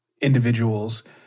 individuals